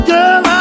Girl